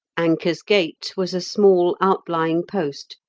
anker's gate was a small outlying post,